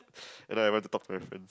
and I went to talk to my friends